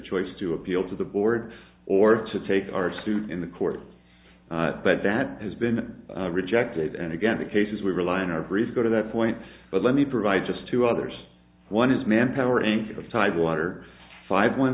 choice to appeal to the board or to take our suit in the court but that has been rejected and again the cases we rely in our brief go to that point but let me provide just two others one is manpower inc of tidewater five one